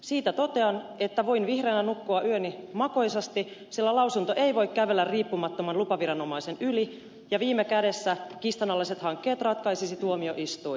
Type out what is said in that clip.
siitä totean että voin vihreänä nukkua yöni makoisasti sillä lausunto ei voi kävellä riippumattoman lupaviranomaisen yli ja viime kädessä kiistanalaiset hankkeet ratkaisisi tuomioistuin